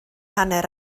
hanner